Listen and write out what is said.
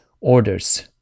orders